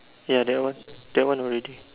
ya that one that one already